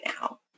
now